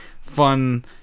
fun